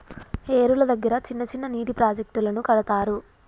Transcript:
ఏరుల దగ్గర చిన్న చిన్న నీటి ప్రాజెక్టులను కడతారు